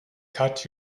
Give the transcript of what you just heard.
cut